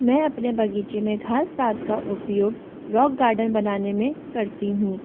मैं अपने बगीचे में घास पात का उपयोग रॉक गार्डन बनाने में करती हूँ